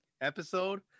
episode